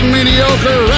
Mediocre